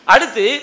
Aditi